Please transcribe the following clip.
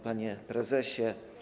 Panie Prezesie!